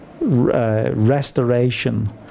restoration